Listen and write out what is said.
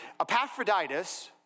Epaphroditus